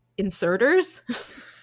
inserters